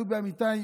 דובי אמיתי,